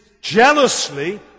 jealously